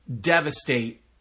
devastate